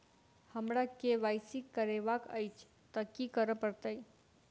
हमरा केँ Y C करेवाक अछि तऽ की करऽ पड़तै?